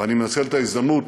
ואני מנצל את ההזדמנות